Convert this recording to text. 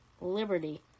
Liberty